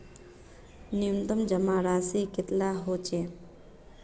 न्यूनतम जमा राशि कतेला होचे?